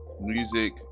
music